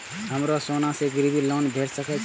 हमरो सोना से गिरबी लोन भेट सके छे?